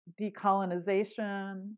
decolonization